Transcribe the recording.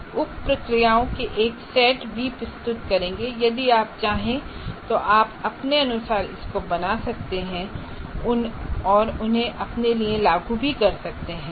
हम उप प्रक्रियाओं के एक सेट भी प्रस्तुत करेंगे यदि आप चाहें तो आप अपने अनुसार इसको बना सकते हैं और उन्हें अपने लिए लागू भी कर सकते हैं